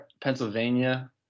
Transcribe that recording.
Pennsylvania